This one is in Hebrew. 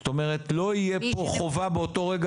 זאת אומרת לא תהיה פה חובה באותו רגע